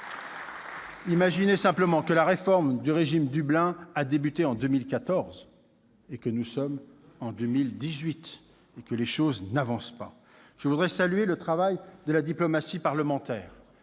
considérez simplement que la réforme du régime dit « Dublin » a débuté en 2014 et que nous sommes en 2018 ! Les choses n'avancent pas ... Je veux saluer le travail de la diplomatie parlementaire.